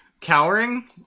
cowering